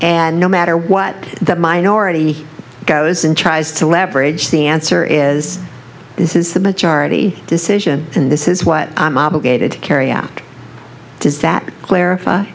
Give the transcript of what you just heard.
and no matter what that minority goes and tries to leverage the answer is this is the majority decision in this is what i'm obligated to carry out does that clarify